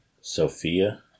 Sophia